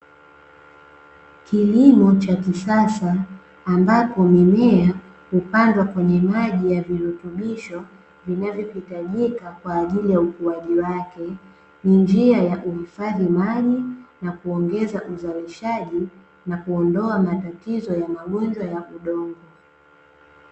Kilimo cha kisasa ambapo mimea hupandwa kwenye maji ya virutubisho vinavyohitajika kwa ajili ya ukuaji wake. Ni njia ya uhifadhi maji na kuongeza uzalishaji na kuondoa matatizo ya magonjwa ya udongo.